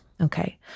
Okay